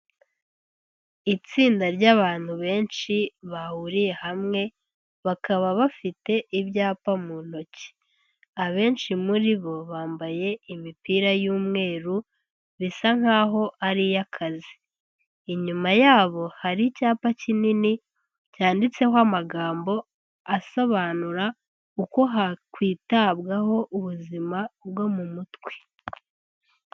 Itsinda ry'abantu benshi bahuriye hamwe bakaba bafite ibyapa mu ntoki, abenshi muri bo bambaye imipira y'umweru bisa nk'aho ari iy'akazi, inyuma yabo hari icyapa kinini cyanditseho amagambo asobanura uko hakwitabwaho ubuzima bwo mu mutwe.